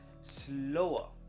slower